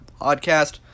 podcast